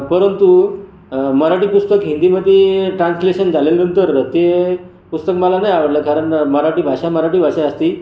परंतु मराठी पुस्तक हिंदीमध्ये ट्रान्सलेशन झाल्यानंतर ते पुस्तक मला नाही आवडलं कारण मराठी भाषा मराठी भाषा असती